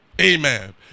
Amen